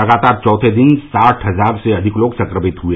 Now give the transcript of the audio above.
लगातार चौथे दिन साठ हजार से अधिक लोग संक्रमित हुए